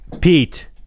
Pete